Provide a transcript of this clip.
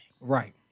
Right